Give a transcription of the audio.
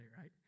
right